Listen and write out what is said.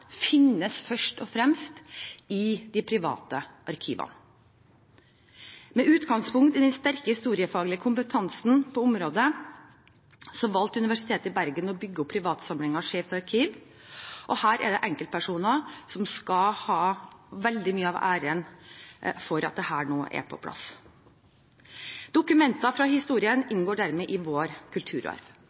finnes først og fremst i de private arkivene. Med utgangspunkt i den sterke historiefaglige kompetansen på dette området valgte Universitetet i Bergen å bygge opp privatarkivsamlingen Skeivt arkiv, og her er det enkeltpersoner som skal ha veldig mye av æren for at dette nå er på plass. Dokumenter fra denne historien inngår dermed i vår kulturarv.